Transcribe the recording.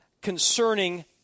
concerning